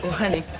honey,